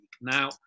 Now